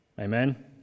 Amen